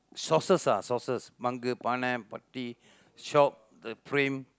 sources ah sources மங்கு பானை சட்டி:mangku paanai satdi shop the frame